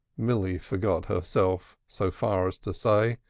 milly forgot herself so far as to say,